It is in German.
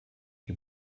die